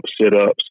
sit-ups